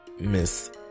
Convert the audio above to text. Miss